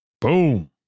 Boom